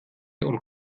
und